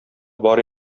бар